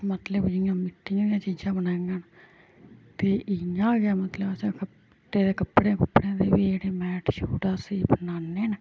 मतलब जियां मिट्टी दियां गै चीजां बनाङन न ते इ'यां गै मतलब फट्टे दे कपड़े कुपड़े दे बी जेह्ड़े मैट शुट उसी बनान्ने न